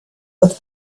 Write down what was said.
with